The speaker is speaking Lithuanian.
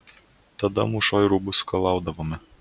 tada mūšoj rūbus skalaudavome